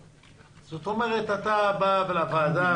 בשורה התחתונה אתה אומר לוועדה